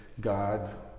God